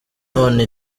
none